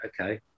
okay